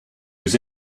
goes